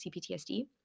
CPTSD